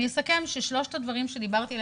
אני אסכם ששלושת הדברים שדיברתי עליהם,